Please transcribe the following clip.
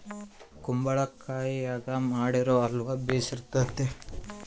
ಕುಂಬಳಕಾಯಗಿನ ಮಾಡಿರೊ ಅಲ್ವ ಬೆರ್ಸಿತತೆ